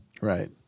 Right